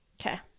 Okay